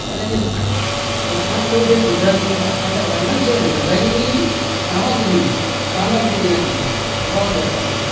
એને જે લખાણ કર્યું છે ગુજરાતીમાં અને વર્ણન છે લડાઈની સામગ્રીનું સામગ્રી જેને કહીયે